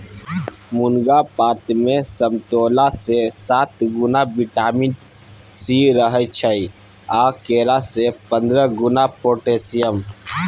मुनगा पातमे समतोलासँ सात गुणा बिटामिन सी रहय छै आ केरा सँ पंद्रह गुणा पोटेशियम